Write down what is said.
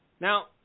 Now